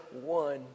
one